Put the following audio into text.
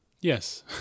Yes